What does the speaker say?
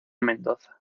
mendoza